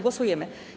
Głosujemy.